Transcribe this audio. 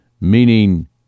meaning